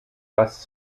bus